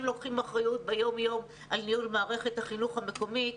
לוקחים אחריות ביום-יום על ניהול מערכת החינוך המקומית,